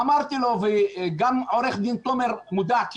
וגם עורך דין תומר מודע,